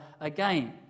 again